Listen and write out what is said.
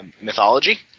mythology